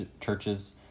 churches